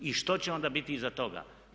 I što će onda biti iza toga?